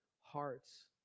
hearts